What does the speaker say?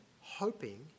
hoping